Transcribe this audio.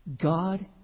God